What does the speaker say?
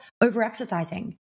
over-exercising